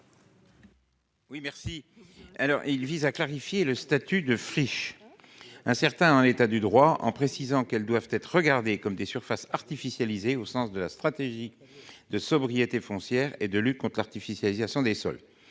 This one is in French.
L'amendement vise à clarifier le statut des friches, qui est incertain en l'état actuel du droit, en précisant que celles-ci doivent être regardées comme des surfaces artificialisées au sens de la stratégie de sobriété foncière et de lutte contre l'artificialisation des sols.